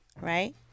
Right